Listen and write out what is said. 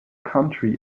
country